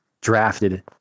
drafted